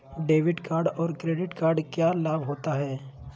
Debit card और credit card क्या लाभ होता है?